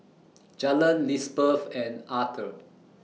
Jalen Lizbeth and Arther